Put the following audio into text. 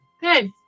Good